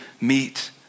meet